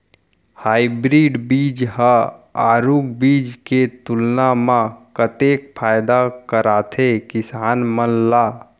Hybrid बीज हा आरूग बीज के तुलना मा कतेक फायदा कराथे किसान मन ला?